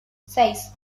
seis